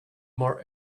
more